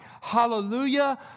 hallelujah